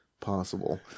possible